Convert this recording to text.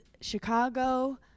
Chicago